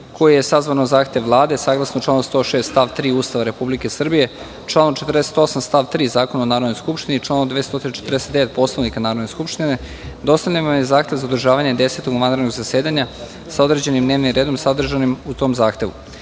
koje je sazvano na zahtev Vlade, saglasno članu 106. stav 3. Ustava Republike Srbije, članu 48. stav 3. Zakona o Narodnoj skupštini i članu 249. Poslovnika Narodne skupštine, dostavljen vam je zahtev za održavanje Desetog vanrednog zasedanja, sa određenim dnevnim redom sadržanim u tom zahtevu. Kao